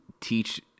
teach